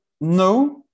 No